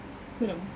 belum